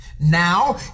now